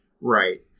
Right